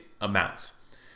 amounts